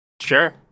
sure